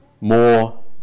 more